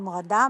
המרדה,